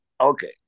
okay